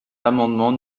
l’amendement